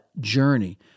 journey